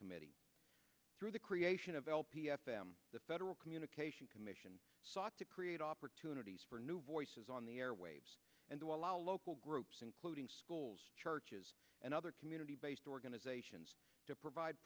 committee through the creation of lp fm the federal communication commission sought to create opportunities for new voices on the airwaves and to allow local groups including schools churches and other community based organizations to provide